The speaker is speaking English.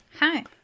Hi